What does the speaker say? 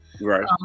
Right